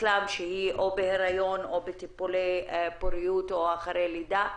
שלהם שהיא בהיריון או בטיפולי פוריות או אחרי לידה,